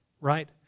right